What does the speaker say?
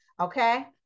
Okay